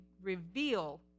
Reveal